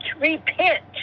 Repent